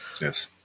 Yes